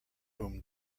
whom